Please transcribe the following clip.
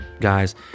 Guys